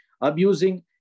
abusing